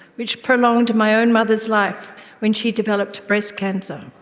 which prolonged my and mother's life when she developed breast cancer.